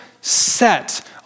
set